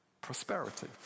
Prosperity